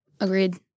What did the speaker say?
Agreed